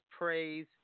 praise